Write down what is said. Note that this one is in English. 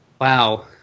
Wow